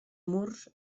murs